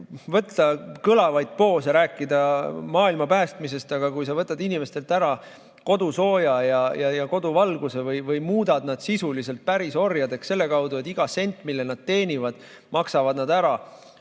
võtta kõlavaid poose, rääkida maailma päästmisest, aga kui sa võtad inimestelt ära kodusooja ja koduvalguse või muudad nad sisuliselt pärisorjadeks selle kaudu, et iga sendi, mis nad teenivad, maksavad nad ära